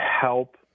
help